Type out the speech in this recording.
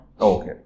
Okay